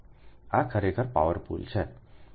આ ખરેખર power pool છે